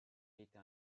était